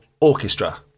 orchestra